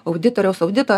auditoriaus audito